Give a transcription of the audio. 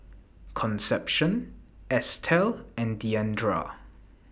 Concepcion Estell and Diandra